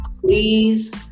please